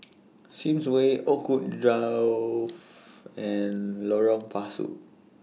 Sims Way Oakwood Grove and Lorong Pasu